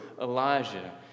Elijah